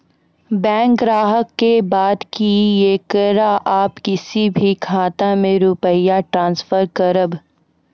Bank ग्राहक के बात की येकरा आप किसी भी खाता मे रुपिया ट्रांसफर करबऽ?